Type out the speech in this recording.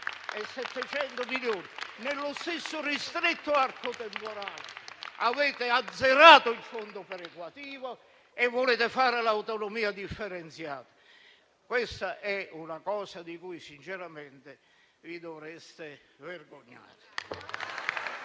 4,7 miliardi. Nello stesso ristretto arco temporale avete azzerato il fondo perequativo e volete realizzare l'autonomia differenziata. È una cosa di cui sinceramente vi dovreste vergognare.